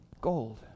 gold